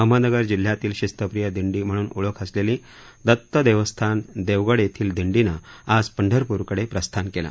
अहमदनगर जिल्ह्यातील शिस्तप्रिय दिंडी म्हणून ओळख असलेली दत्त देवस्थान देवगड येथील दिंडीनं आज पंढरपूर कडे प्रस्थान केलं